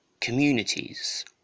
communities